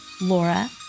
Laura